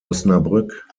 osnabrück